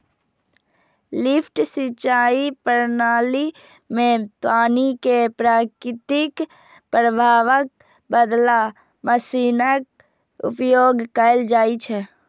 lift सिंचाइ प्रणाली मे पानि कें प्राकृतिक प्रवाहक बदला मशीनक उपयोग कैल जाइ छै